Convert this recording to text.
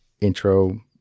intro